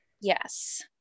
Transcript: Yes